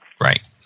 Right